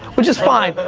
which is fine,